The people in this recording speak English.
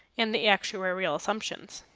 and the actuarial assumptions.